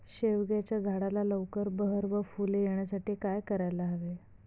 शेवग्याच्या झाडाला लवकर बहर व फूले येण्यासाठी काय करायला हवे?